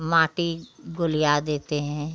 माटी गोलिया देते हैं